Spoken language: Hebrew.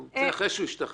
הוא ביצע אחרי שהוא השתחרר?